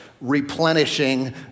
replenishing